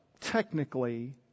technically